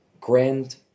Grand